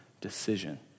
decision